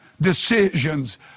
decisions